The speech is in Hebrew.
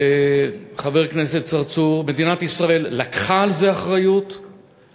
חבר כנסת צרצור, מדינת ישראל לקחה אחריות לזה,